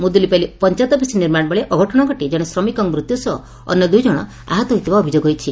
Mudulipali panchayat office ନିର୍ମାଶ ବେଳେ ଅଘଟଣ ଘଟି ଜଣେ ଶ୍ରମିକଙ୍ଙ ମୃତ୍ୟୁ ସହ ଅନ୍ୟ ଦୁଇଜଣ ଆହତ ହୋଇଥିବା ଅଭିଯୋଗ ହୋଇଛି